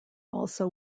also